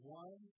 one